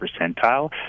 percentile